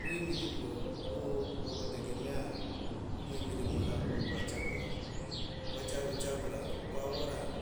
Mwimili vwa, wo kutegemea. omwimili mulala wo kwa chagula wacha chagula kwavora